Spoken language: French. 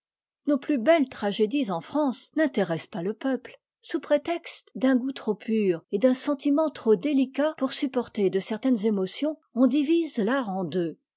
nos plus belles tragédies en france n'intéressent pas le peuple sous prétexte d'un goût trop pur et d'un sentiment trop délicat pour supporter de certaines émotions on divise fart en deux